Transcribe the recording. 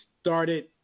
started